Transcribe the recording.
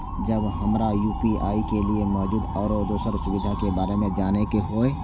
जब हमरा यू.पी.आई के लिये मौजूद आरो दोसर सुविधा के बारे में जाने के होय?